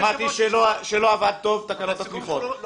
שמעתי שלא עבדו טוב תקנות התמיכות -- אבל